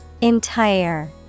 Entire